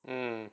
mmhmm